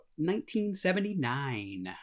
1979